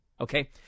Okay